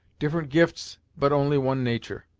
different gifts, but only one natur'.